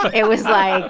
so it was like.